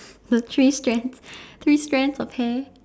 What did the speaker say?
so three strands three strands of hair